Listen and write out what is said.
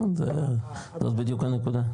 זאת בדיוק הנקודה.